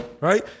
right